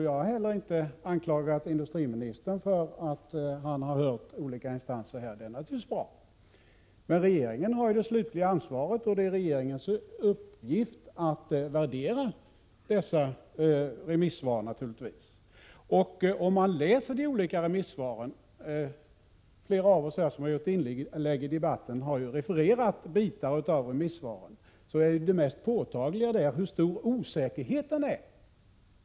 Jag har heller inte anklagat industriministern för att han hört olika instanser. Det är naturligtvis bra. Men regeringen har det slutliga ansvaret och det är regeringens uppgift att värdera remissvaren. Om man läser de olika remissvaren — och flera av oss som gjort inlägg i debatten har refererat bitar av dem — så ser man att det mest påtagliga är den stora osäkerheten.